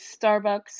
Starbucks